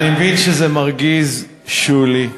אני מבין שזה מרגיז, שולי.